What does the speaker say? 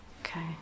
Okay